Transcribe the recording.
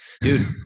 Dude